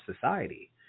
society